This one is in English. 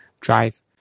drive